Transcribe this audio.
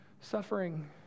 Suffering